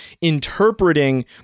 interpreting